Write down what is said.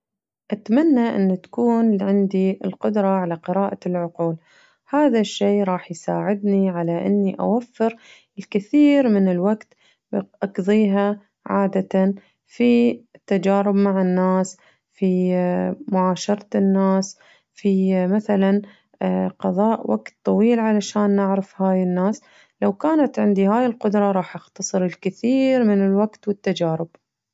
أتمنى إن تكون عندي القدرة على قراءة العقول هذا الشي راح يساعدني على إني أوفر الكثير من الوقت أقضيها عادةً في تجارب مع الناس في معاشرة الناس في مثلاً قضاء وقت طويل علشان نعرف هاي الناس لو كانت عندي هاي القدرة راح أختصر الكثير من الوقت والتجارب.